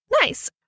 Nice